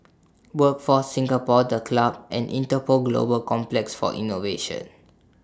Workforce Singapore The Club and Interpol Global Complex For Innovation